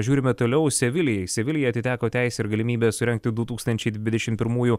žiūrime toliau sevilijai sevilijai atiteko teisė ir galimybė surengti du tūkstančiai dvidešim pirmųjų